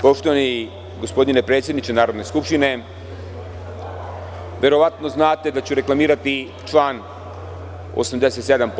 Poštovani gospodine predsedniče Narodne skupštine, verovatno znate da ću reklamirati član 87.